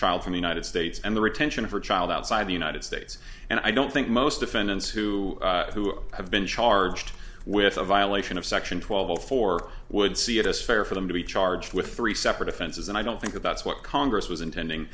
child from the united states and the retention of her child outside the united states and i don't think most defendants who who have been charged with a violation of section twelve for would see it as fair for them to be charged with three separate offenses and i don't think about what congress was intending